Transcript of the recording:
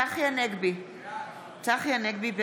צחי הנגבי, בעד